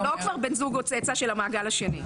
לא של בן זוג או צאצא של המעגל השני.